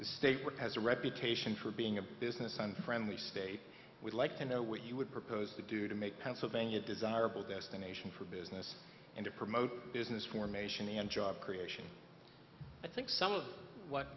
this state has a reputation for being a business unfriendly state we'd like to know what you would propose to do to make pennsylvania a desirable destination for business and to promote business formation and job creation i think some of what